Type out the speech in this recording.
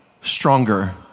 stronger